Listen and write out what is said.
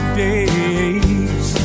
days